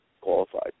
qualified